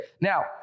Now